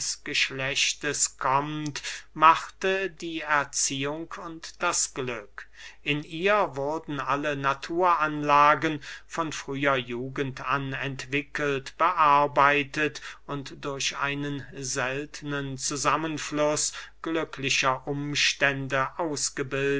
kommt machte die erziehung und das glück in ihr wurden alle naturanlagen von früher jugend an entwickelt bearbeitet und durch einen seltnen zusammenfluß glücklicher umstände ausgebildet